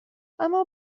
اما